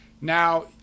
Now